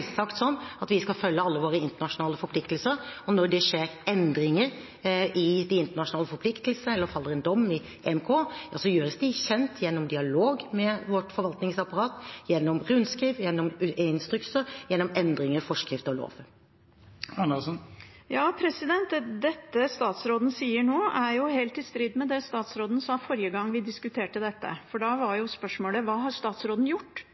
at vi skal følge alle våre internasjonale forpliktelser, og når det skjer endringer i de internasjonale forpliktelsene, eller faller en dom i EMD, gjøres det kjent gjennom dialog med vårt forvaltningsapparat, gjennom rundskriv, gjennom instrukser og gjennom endringer i forskrifter og lover. Det statsråden sier nå, er helt i strid med det statsråden sa forrige gang vi diskuterte dette. Da var spørsmålet: Hva har statsråden gjort